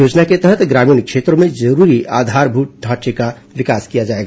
योजना के तहत ग्रामीण क्षेत्रों में जरूरी आधारभूत ढांचे का विकास किया जाएगा